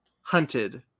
hunted